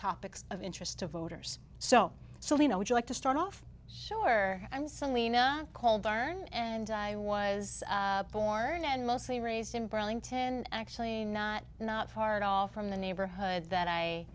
opics of interest to voters so so you know would you like to start off sure i'm selena called learn and i was born and mostly raised in burlington actually not not far at all from the neighborhood that i